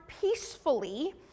peacefully